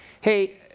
hey